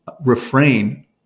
refrain